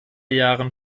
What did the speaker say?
jahren